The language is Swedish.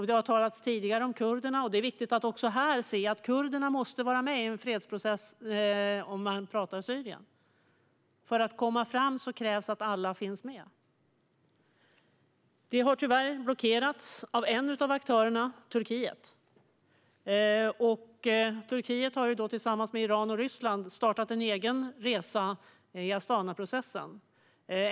Det har tidigare talats om kurderna, och det är viktigt att också här se att kurderna måste vara med i en fredsprocess i Syrien. För att komma framåt krävs det att alla finns med. Detta har tyvärr blockerats av en av aktörerna: Turkiet. Turkiet har tillsammans med Iran och Ryssland startat en egen resa i form av Astanaprocessen.